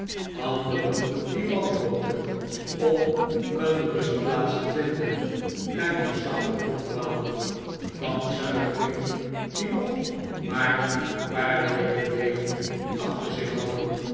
anderen die wanhoopten om een rustplaats te vinden en neerslachtig ronddwaalden van zuigelingen die nog maar een paar weken leven achter zich hadden